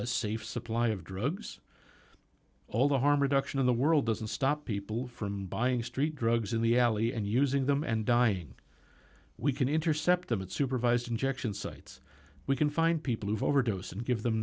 a safe supply of drugs all the harm reduction in the world doesn't stop people from buying street drugs in the alley and using them and dying we can intercept them unsupervised injection sites we can find people who've overdose and give them